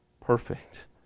perfect